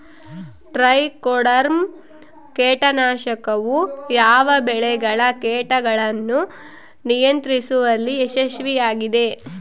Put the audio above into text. Trichoderma ಕೇಟನಾಶಕವು ಯಾವ ಬೆಳೆಗಳ ಕೇಟಗಳನ್ನು ನಿಯಂತ್ರಿಸುವಲ್ಲಿ ಯಶಸ್ವಿಯಾಗಿದೆ?